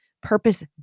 purpose